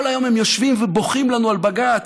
כל היום הם יושבים ובוכים לנו על בג"ץ: